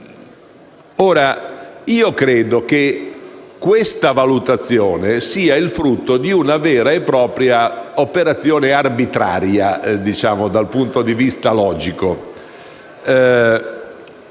Credo che questa valutazione sia il frutto di una vera e propria operazione arbitraria, dal punto di vista logico,